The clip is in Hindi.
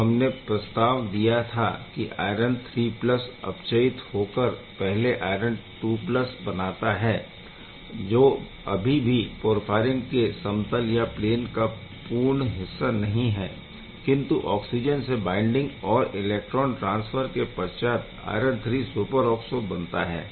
जो हमने प्रस्ताव दिया था कि आयरन III अपचयित होकर पहले आयरन II बनाता है जो अभी भी पोरफ़ायरिन के समतल या प्लेन का पूर्ण हिस्सा नहीं है किन्तु ऑक्सिजन से बाइंडिंग और इलेक्ट्रॉन ट्रान्सफर के पश्चात आयरन III सुपरऑक्सो बनाता है